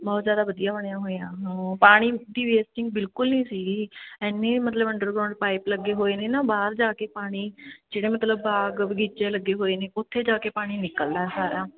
ਬਹੁਤ ਜ਼ਿਆਦਾ ਵਧੀਆ ਬਣਿਆ ਹੋਇਆ ਹਾਂ ਪਾਣੀ ਦੀ ਵੇਸਟਿੰਗ ਬਿਲਕੁਲ ਨਹੀਂ ਸੀਗੀ ਇੰਨੀ ਮਤਲਬ ਅੰਡਰਗਰਾਊਂਡ ਪਾਈਪ ਲੱਗੇ ਹੋਏ ਨੇ ਨਾ ਬਾਹਰ ਜਾ ਕੇ ਪਾਣੀ ਜਿਹੜਾ ਮਤਲਬ ਬਾਗ ਬਗੀਚੇ ਲੱਗੇ ਹੋਏ ਨੇ ਉੱਥੇ ਜਾ ਕੇ ਪਾਣੀ ਨਿਕਲਦਾ ਸਾਰਾ